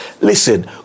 Listen